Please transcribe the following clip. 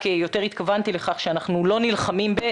רק יותר התכוונתי לכך שאנחנו לא נלחמים ב-,